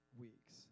weeks